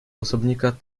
osobnika